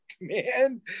man